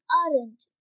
orange